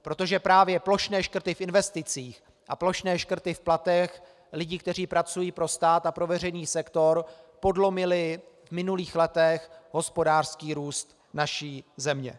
Protože právě plošné škrty v investicích a plošné škrty v platech lidí, kteří pracují pro stát a pro veřejný sektor, podlomily v minulých letech hospodářský růst naší země.